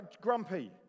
grumpy